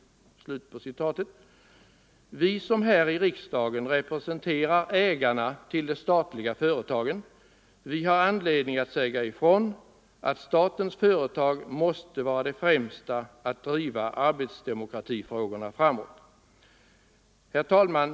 Vi som här i riksdagen representerar 28 november 1974 ägarna till de statliga företagen, vi har anledning att säga ifrån att statens företag måste vara de främsta att driva arbetsdemokratifrågorna framåt. = Åtgärder för att Herr talman!